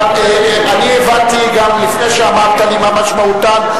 אני הבנתי גם לפני שאמרת לי מה משמעותן.